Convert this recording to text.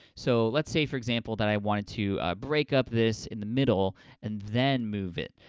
so let's say, for example, that i wanted to break up this in the middle and then move it.